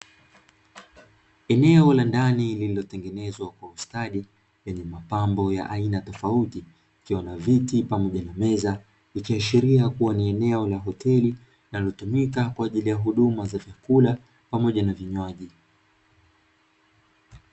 Eneo la ndani lililotengenezwa kwa ustadi lenye mapambo ya aina tofauti likiwa na viti pamoja na meza likiashiria kuwa ni eneo la hoteli linalotumika kwa ajili ya huduma za vyakula pamoja na vinywaji.